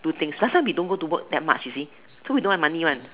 do things last time we don't go to work that much you see so we don't have money one